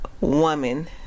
woman